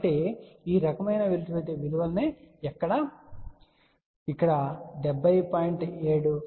కాబట్టి మీరు ఈ రకమైన విలువను ఇక్కడ 70